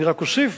אני רק אוסיף